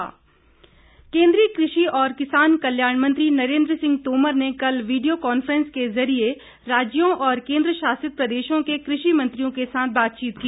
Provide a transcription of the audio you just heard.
तोमर केन्द्रीय कृषि और किसान कल्याण मंत्री नरेन्द्र सिंह तोमर ने कल वीडियो कांफ्रेंस के जरिये राज्यों और केन्द्रशासित प्रदेशों के कृषि मंत्रियों के साथ बातचीत की